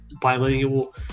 bilingual